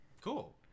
cool